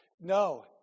no